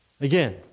again